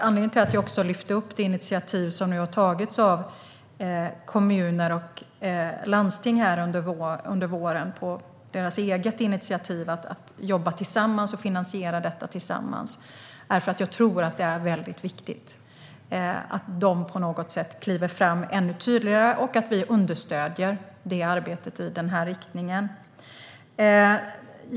Anledningen till att jag lyfte upp det initiativ som har tagits av kommuner och landsting själva under våren för att jobba tillsammans och finansiera detta tillsammans är att jag tror att det är viktigt att de på något sätt kliver fram ännu tydligare och att vi understöder arbetet i denna riktning.